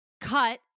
cut